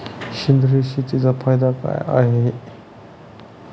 सेंद्रिय शेतीचा फायदा काय?